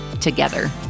together